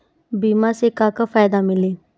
बीमा से का का फायदा मिली?